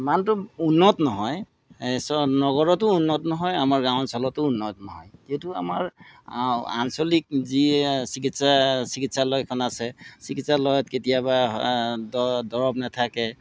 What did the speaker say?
মানটো উন্নত নহয় এই চ নগৰতো উন্নত নহয় আমাৰ গাঁও অঞ্চলতো উন্নত নহয় এইটো আমাৰ আঞ্চলিক যি চিকিৎসা চিকিৎসালয়খন আছে চিকিৎসালয়ত কেতিয়াবা দ দৰৱ নেথাকে